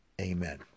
Amen